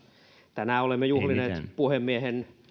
tänään olemme juhlineet puhemiehen